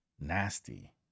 nasty